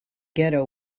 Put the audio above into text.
ghetto